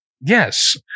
Yes